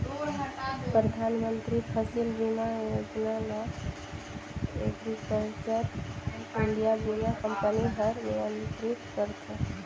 परधानमंतरी फसिल बीमा योजना ल एग्रीकल्चर इंडिया बीमा कंपनी हर नियंत्रित करथे